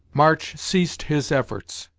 march ceased his efforts,